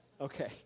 Okay